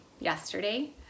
yesterday